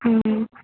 ம்